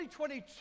2022